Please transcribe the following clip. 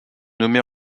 nommée